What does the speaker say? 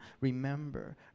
remember